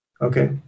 Okay